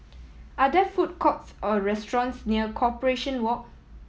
are there food courts or restaurants near Corporation Walk